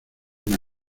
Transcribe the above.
una